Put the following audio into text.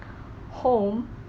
home